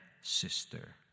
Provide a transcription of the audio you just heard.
sister